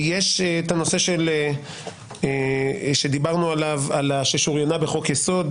יש את הנושא שדיברנו עליו, "ששוריינה בחוק יסוד".